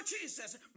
Jesus